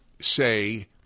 say